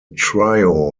trio